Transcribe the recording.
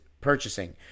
purchasing